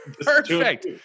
Perfect